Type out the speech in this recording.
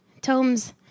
Tomes